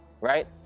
right